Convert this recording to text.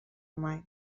mai